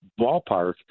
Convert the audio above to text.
ballpark